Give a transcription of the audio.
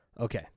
Okay